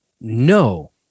No